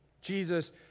Jesus